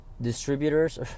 distributors